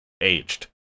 aged